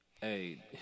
Hey